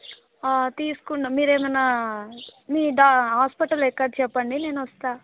తీసుకున్నాను మీరు ఏమైనా మీ డా హాస్పిటల్ ఎక్కడ చెప్పండి నేను వస్తాను